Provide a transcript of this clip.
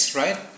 right